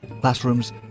classrooms